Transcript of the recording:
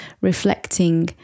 reflecting